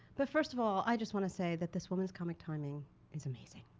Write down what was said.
but first of all i just want to say that this woman's comic timing is amazing.